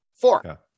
Four